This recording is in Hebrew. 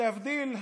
להבדיל,